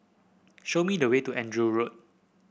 show me the way to Andrew Road